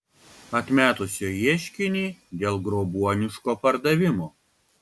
atmetusio ieškinį dėl grobuoniško pardavimo